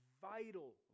vital